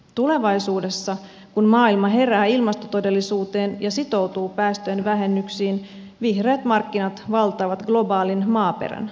tulevaisuudessa kun maailma herää ilmastotodellisuuteen ja sitoutuu päästöjen vähennyksiin vihreät markkinat valtaavat globaalin maaperän